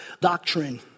doctrine